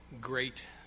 great